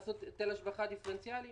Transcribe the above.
לעשות היטל השבחה דיפרנציאלי?